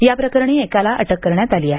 या प्रकरणी एकाला अटक करण्यात आली आहे